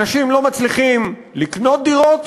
אנשים לא מצליחים לקנות דירות,